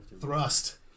Thrust